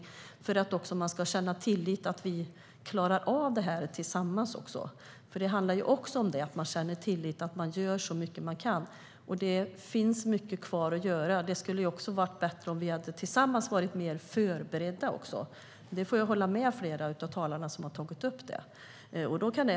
Detta är viktigt för att man ska känna tillit till att vi klarar av detta tillsammans. Det krävs tillit om man ska göra så mycket man kan. Det finns mycket kvar att göra. Det skulle också ha varit bra om vi tillsammans hade varit mer förberedda. Flera av talarna här har tagit upp det, och jag håller med.